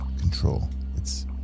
control—it's